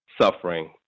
suffering